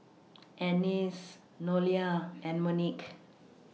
Annice Nolia and Monique